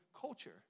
culture